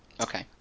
Okay